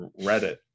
Reddit